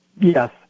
Yes